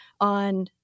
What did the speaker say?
on